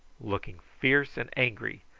looking fierce and angry,